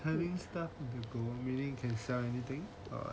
holdings stuff into meaning can sell anything or